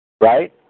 right